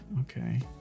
okay